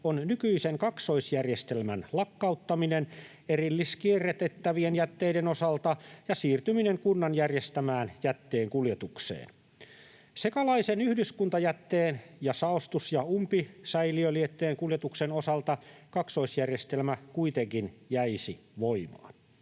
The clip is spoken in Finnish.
on nykyisen kaksoisjärjestelmän lakkauttaminen erilliskierrätettävien jätteiden osalta ja siirtyminen kunnan järjestämään jätteenkuljetukseen. Sekalaisen yhdyskuntajätteen ja saostus- ja umpisäiliölietteen kuljetuksen osalta kaksoisjärjestelmä kuitenkin jäisi voimaan.